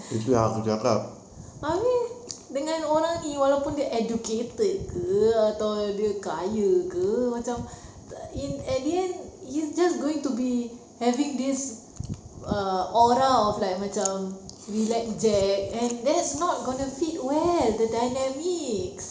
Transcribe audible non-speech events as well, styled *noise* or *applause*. *breath* habis dengan orang ini walaupun dia educated ke atau dia kaya ke at the end he's just going to be having this err aura of like macam relax jack and that's not gonna fit well the dynamics